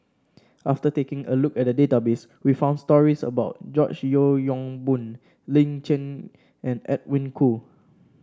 after taking a look at the database we found stories about George Yeo Yong Boon Lin Chen and Edwin Koo